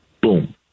Boom